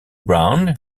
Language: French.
brown